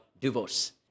divorce